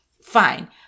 fine